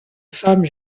femme